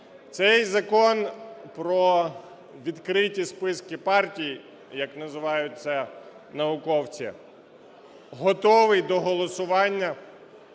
Цей Закон про відкриті списки партій, як називають це науковці, готовий до голосування.